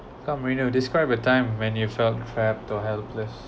come reina describe a time when you felt trapped or helpless